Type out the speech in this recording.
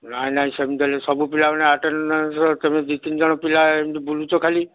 ନାଇଁ ନାଇଁ ସେମିତି ହେଲେ ସବୁ ପିଲାମାନେ ଆଟେଣ୍ଡାନ୍ସ ତୁମେ ଦୁଇ ତିନି ଜଣ ପିଲା ଏମିତି ବୁଲୁଛ ଖାଲି